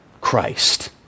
Christ